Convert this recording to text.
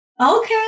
okay